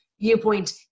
viewpoint